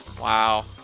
Wow